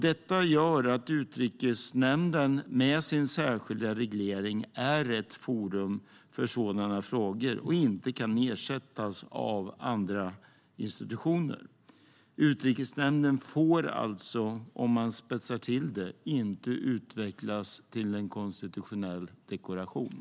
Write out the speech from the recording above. Detta gör att Utrikesnämnden med sin särskilda reglering är rätt forum för sådana frågor. Den kan inte ersättas av andra institutioner. Utrikesnämnden får alltså, om man spetsar till det, inte utvecklas till en konstitutionell dekoration.